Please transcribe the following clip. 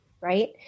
right